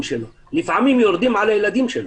לפעמים יורדים על הילדים שלו,